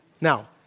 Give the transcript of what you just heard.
Now